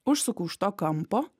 užsuku už to kampo